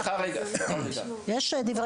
סליחה, סליחה רגע --- יש דברי טעם .